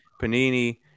Panini